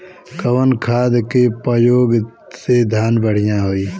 कवन खाद के पयोग से धान बढ़िया होई?